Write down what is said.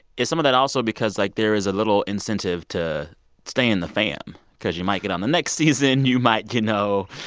is some of that also because, like, there is a little incentive to stay in the fam because you might get on the next season, you might, you know,